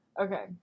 Okay